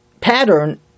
pattern